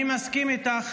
אני מסכים איתך,